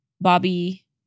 Bobby